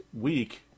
week